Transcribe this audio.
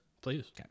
Please